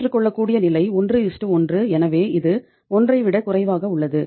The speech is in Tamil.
ஏற்றுக்கொள்ளக்கூடிய நிலை 11 எனவே இது 1 ஐ விடக் குறைவாக உள்ளது